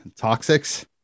toxics